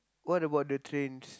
what about the trains